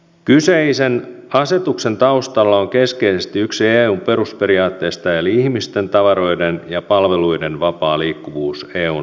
kyseisen asetuksen taustalla on keskeisesti yksi eun perusperiaatteista eli ihmisten tavaroiden ja palveluiden vapaa liikkuvuus eun sisämarkkinoilla